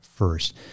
First